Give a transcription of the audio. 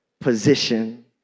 position